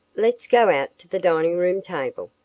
let's go out to the dining room table,